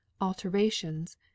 alterations